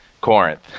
Corinth